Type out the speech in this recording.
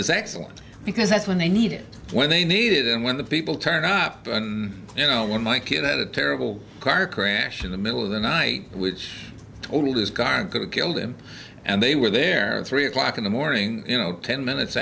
is excellent because that's when they need it when they needed and when the people turn up and you know when my kid had a terrible car crash in the middle of the night which totaled his car and could have killed him and they were there three o'clock in the morning you know ten minutes